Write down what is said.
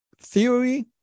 theory